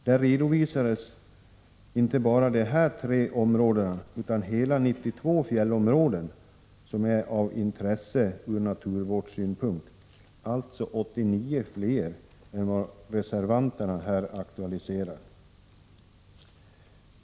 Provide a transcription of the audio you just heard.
Där redovisas inte bara dessa tre områden, utan hela 92 fjällområden som är av intresse ur naturvårdssynpunkt, alltså 89 fler än vad reservanterna aktualiserar.